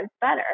better